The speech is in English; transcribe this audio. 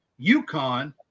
UConn